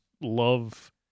love